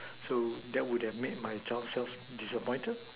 so that would have made my job self disappointed